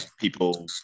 people